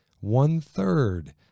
One-third